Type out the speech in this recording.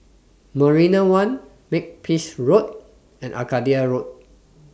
Marina one Makepeace Road and Arcadia Road